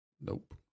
Nope